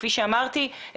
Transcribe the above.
כפי שאמרתי,